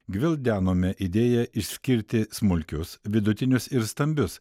gvildenome idėją išskirti smulkius vidutinius ir stambius